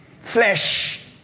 flesh